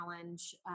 Challenge